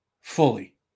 fully